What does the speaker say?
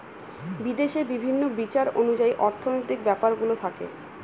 বিদেশে বিভিন্ন বিচার অনুযায়ী অর্থনৈতিক ব্যাপারগুলো থাকে